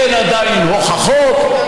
אין עדיין הוכחות,